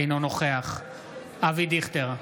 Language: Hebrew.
אינו נוכח אבי דיכטר,